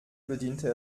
bediente